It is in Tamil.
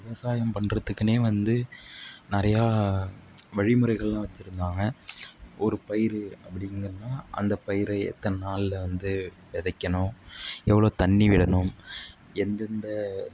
விவசாயம் பண்ணுறதுக்குனே வந்து நிறையா வழிமுறைகளெலாம் வச்சுருந்தாங்க ஒரு பயிர் அப்படின்னு சொன்னால் அந்த பயிரை எத்தனை நாளில் வந்து விதைக்கணும் எவ்வளோ தண்ணி விடணும் எந்தெந்த